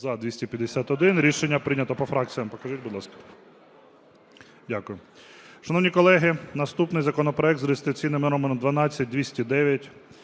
За-251 Рішення прийнято. По фракціях покажіть, будь ласка. Дякую. Шановні колеги, наступний законопроект за реєстраційним номером 12209: